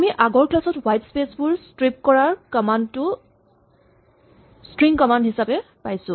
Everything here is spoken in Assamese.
আমি আগৰ ক্লাচ ত হুৱাইট স্পেচ বোৰ স্ট্ৰিপ কৰা কমান্ড টো স্ট্ৰিং কমান্ড হিচাপে পাইছো